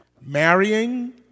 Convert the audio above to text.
marrying